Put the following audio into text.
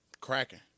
Cracking